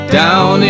down